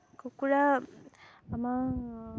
কুকুৰা আমাৰ